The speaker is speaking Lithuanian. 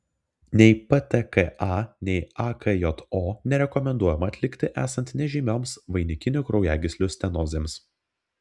nei ptka nei akjo nerekomenduojama atlikti esant nežymioms vainikinių kraujagyslių stenozėms